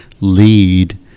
lead